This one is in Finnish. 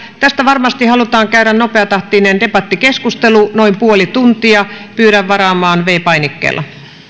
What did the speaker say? tästä varmasti halutaan käydä nopeatahtinen debattikeskustelu noin puoli tuntia pyydän varaamaan viidennellä painikkeella